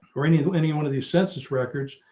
or any who any one of these census records,